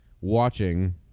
watching